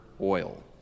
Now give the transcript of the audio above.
oil